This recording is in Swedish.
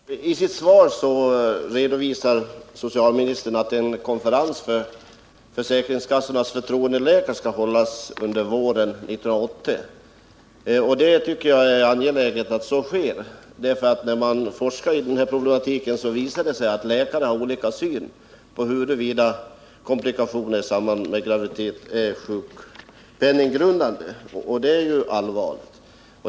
Herr talman! I sitt svar redovisar socialministern att en konferens för försäkringskassornas förtroendeläkare skall hållas under våren 1980. Jag tycker det är angeläget att så sker, för när man forskar i den här problematiken visar det sig att läkare har olika syn på huruvida komplikationer i samband med graviditet är sjukpenninggrundande, och det är ju allvarligt.